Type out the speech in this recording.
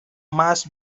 más